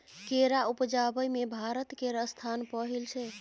केरा उपजाबै मे भारत केर स्थान पहिल छै